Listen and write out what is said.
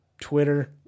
Twitter